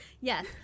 Yes